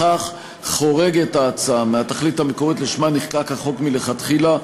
בכך חורגת ההצעה מהתכלית המקורית שלשמה נחקק החוק מלכתחילה,